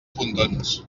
pontons